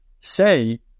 say